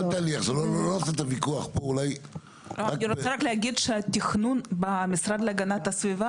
אני רוצה רק להגיד שהתכנון במשרד להגנת הסביבה,